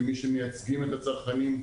כמי שמייצגים את הצרכנים,